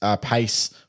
pace